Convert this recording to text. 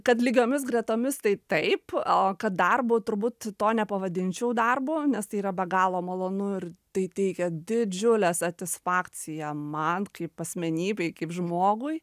kad lygiomis gretomis tai taip o kad darbu turbūt to nepavadinčiau darbu nes tai yra be galo malonu ir tai teikia didžiulę satisfakciją man kaip asmenybei kaip žmogui